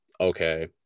okay